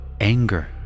anger